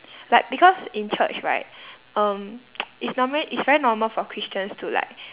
like because in church right um it's normally it's very normal for christians to like